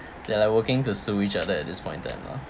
they're like working to sue each other at this point in time now